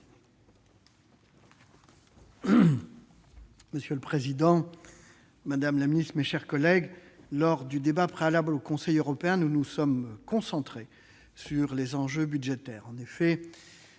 Monsieur le président, madame la secrétaire d'État, mes chers collègues, lors du débat préalable au Conseil européen, nous nous étions concentrés sur les enjeux budgétaires.